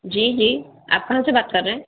जी जी आप कहाँ से बात कर रहे हैं